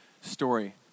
story